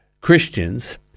Christians